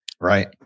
Right